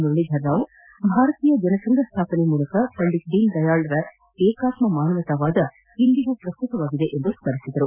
ಮುರಳೀಧರ ರಾವ್ ಭಾರತೀಯ ಜನಸಂಘ ಸ್ವಾಪನೆ ಮೂಲಕ ಪಂಡಿತ್ ದೀನದಯಾಳ್ ಅವರ ಏಕಾತ್ನ ಮಾನವತಾವಾದವು ಇಂದಿಗೂ ಪ್ರಸ್ತುತವಾಗಿದೆ ಎಂದು ಸ್ಥರಿಸಿದರು